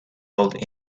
held